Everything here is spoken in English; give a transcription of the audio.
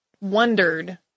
wondered